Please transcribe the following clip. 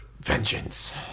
Vengeance